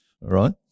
right